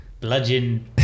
Bludgeon